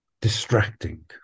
distracting